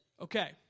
Okay